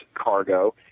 cargo